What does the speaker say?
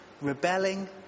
rebelling